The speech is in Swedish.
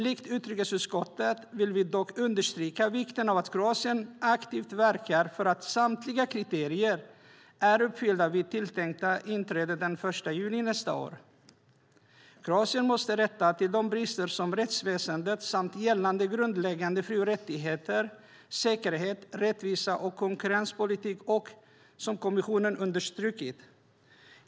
Likt utrikesutskottet vill vi dock understryka vikten av att Kroatien aktivt verkar för att samtliga kriterier är uppfyllda vid det tilltänkta inträdet den 1 juli nästa år. Kroatien måste rätta till de brister inom rättsväsendet samt gällande grundläggande fri och rättigheter, säkerhet, rättvisa och konkurrenspolitik som kommissionen understrukit.